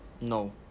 No